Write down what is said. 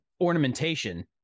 ornamentation